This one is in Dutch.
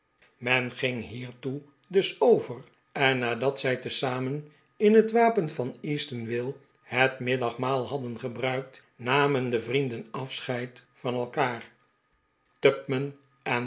men ging hiertoe dus over en nadat zij tezamen in het wapen van eatanswill het middagmaal hadden gebruikt namen de vrienden afscheid van elkaar